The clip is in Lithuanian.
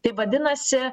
tai vadinasi